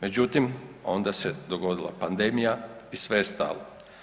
Međutim, onda se dogodila pandemija i sve je stalo.